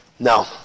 No